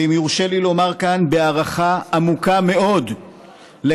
ואם יורשה לי לומר כאן הערכה עמוקה מאוד לך,